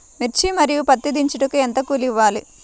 మిర్చి మరియు పత్తి దించుటకు ఎంత కూలి ఇవ్వాలి?